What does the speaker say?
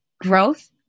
Growth